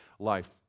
life